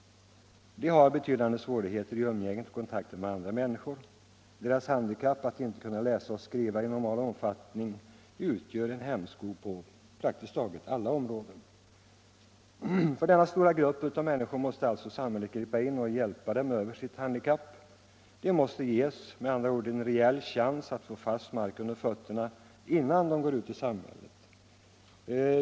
De har betydande svårigheter i umgänget och kontakter med andra människor. Deras handikapp att inte kunna läsa och skriva i normal omfattning utgör en hämsko på praktiskt taget alla områden. Samhället måste därför gripa in och hjälpa denna stora grupp människor att komma över sitt handikapp. Man måste med andra ord ge dem en rejäl chans att få fast mark under fötterna innan de går ut i samhället.